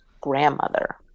grandmother